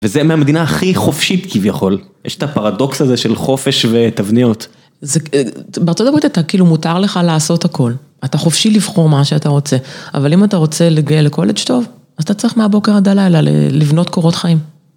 וזה מהמדינה הכי חופשית כביכול, יש את הפרדוקס הזה של חופש ותבניות. בארצות הברית אתה כאילו מותר לך לעשות הכל, אתה חופשי לבחור מה שאתה רוצה, אבל אם אתה רוצה להגיע לקולג' טוב, אז אתה צריך מהבוקר עד הלילה לבנות קורות חיים.